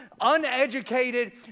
uneducated